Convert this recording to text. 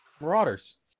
Marauders